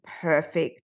perfect